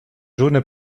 jaunes